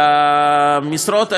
והמשרות האלה,